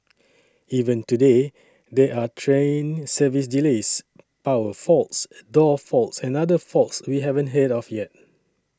even today there are train service delays power faults door faults and other faults we haven't heard of yet